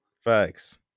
facts